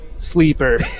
Sleeper